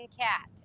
cat